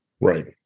Right